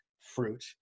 fruit